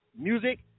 music